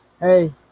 Hey